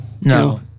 No